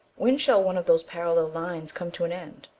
when shall one of those parallel lines come to an end?